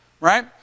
Right